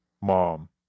mom